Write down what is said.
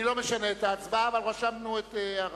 אני לא משנה את ההצבעה, אבל רשמנו את הערתך.